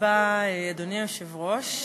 אדוני היושב-ראש,